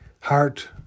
heart